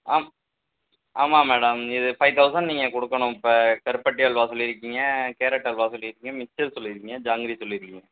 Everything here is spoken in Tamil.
ஆம் ஆமாம் மேடம் இது ஃபை தௌசண்ட் நீங்கள் கொடுக்கணும் இப்போ கருப்பட்டி அல்வா சொல்லியிருக்கீங்க கேரட் அல்வா சொல்லியிருக்கீங்க மிக்ஸர் சொல்லியிருக்கீங்க ஜாங்கிரி சொல்லியிருக்கீங்க